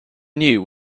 knew